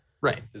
Right